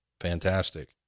Fantastic